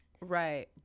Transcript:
Right